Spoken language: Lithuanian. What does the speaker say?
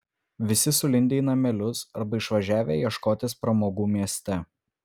visi sulindę į namelius arba išvažiavę ieškotis pramogų mieste